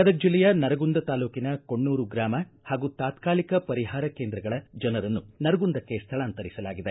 ಗದಗ ಜಿಲ್ಲೆಯ ನರಗುಂದ ತಾಲೂಕಿನ ಕೊಣ್ಣೂರು ಗ್ರಾಮ ಹಾಗೂ ತಾತ್ಕಾಲಿಕ ಪರಿಹಾರ ಕೇಂದ್ರಗಳ ಜನರನ್ನು ನರಗುಂದಕ್ಕೆ ಸ್ವಳಾಂತರಿಸಲಾಗಿದೆ